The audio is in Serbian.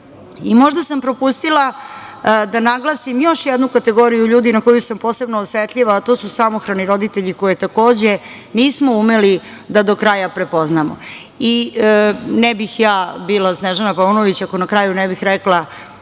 sam propustila da naglasim još jednu kategoriju ljudi na koju sam posebno osetljiva, a to su samohrani roditelji, koje takođe, nismo umeli da do kraja prepoznamo. Ne bih ja bila Snežana Paunović, ako na kraju ne bih rekla,